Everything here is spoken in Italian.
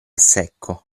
secco